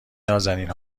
نــازنین